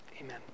Amen